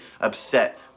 upset